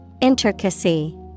Intricacy